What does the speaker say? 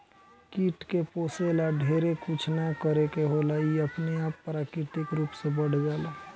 कीट के पोसे ला ढेरे कुछ ना करे के होला इ अपने आप प्राकृतिक रूप से बढ़ जाला